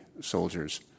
soldiers